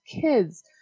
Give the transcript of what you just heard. kids